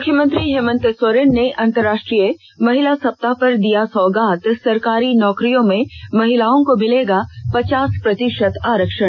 मुख्यमंत्री हेमंत सोरेन ने अंतरराष्ट्रीय महिला सप्ताह पर दिया सौगात सरकारी नौकरियों में महिलाओं को मिलेगा पचास प्रतिषत आरक्षण